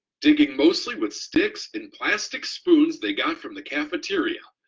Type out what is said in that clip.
digging mostly with sticks and plastic spoons they got from the cafeteria,